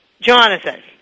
Jonathan